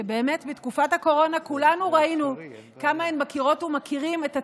שבאמת בתקופת הקורונה כולנו ראינו כמה הן מכירות ומכירים את הצרכים,